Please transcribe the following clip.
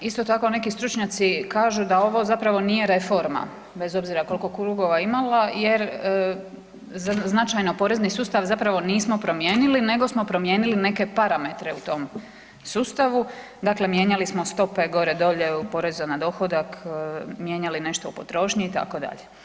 Isto tako neki stručnjaci kažu da ovo zapravo nije reforma bez obzira kolko krugova imala jer značaj na porezni sustav zapravo nismo promijenili nego smo promijenili neke parametre u tom sustavu, dakle mijenjali smo stope gore dolje u porezu na dohodak, mijenjali nešto u potrošnji itd.